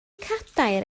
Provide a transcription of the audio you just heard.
cadair